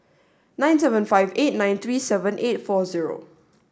nine seven five eight nine three seven eight four zero